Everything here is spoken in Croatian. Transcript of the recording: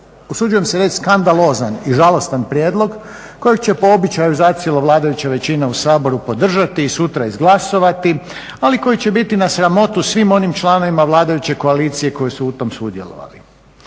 usuđujem se reći skandalozan i žalostan prijedlog kojeg će po običaju zacijelo vladajuća većina u Saboru podržati i sutra izglasovati, ali koji će biti na sramotu svih onim članovima vladajuće koalicije koji su u tom sudjelovali.